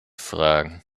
fragen